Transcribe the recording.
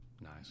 Nice